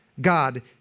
God